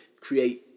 create